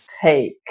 take